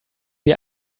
wir